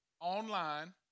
online